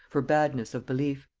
for badness of belief.